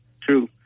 true